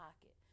pocket